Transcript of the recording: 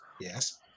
Yes